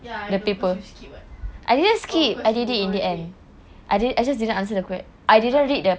ya I know cause you skip [what] oh cause you berbual merepek ya lah